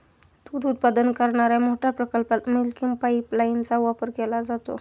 दूध उत्पादन करणाऱ्या मोठ्या प्रकल्पात मिल्किंग पाइपलाइनचा वापर केला जातो